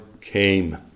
came